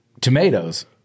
tomatoes